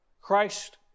Christ